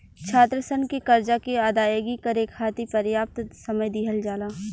छात्रसन के करजा के अदायगी करे खाति परयाप्त समय दिहल जाला